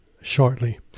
shortly